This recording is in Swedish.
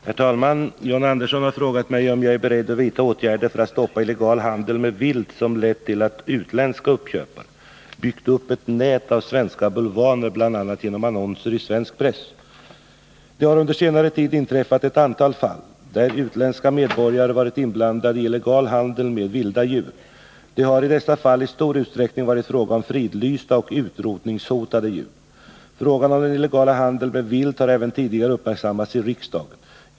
Herr talman! John Andersson har frågat mig om jag är beredd att vidta åtgärder för att stoppa illegal handel med vilt som lett till att utländska uppköpare byggt upp ett nät av svenska bulvaner bl.a. genom annonser i svensk press. Det har under senare tid inträffat ett antal fall där utländska medborgare varit inblandade i illegal handel med vilda djur. Det har i dessa fall i stor utsträckning varit fråga om fridlysta och utrotningshotade djur. Frågan om denillegala handeln med vilt har även tidigare uppmärksammats i riksdagen.